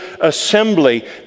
assembly